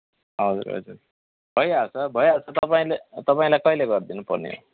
हजुर हजुर भइहाल्छ भइहाल्छ तपाईँले तपाईँलाई कहिले गरिदिनुपर्ने हो